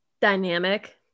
dynamic